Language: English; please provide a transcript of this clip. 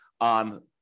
on